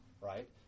right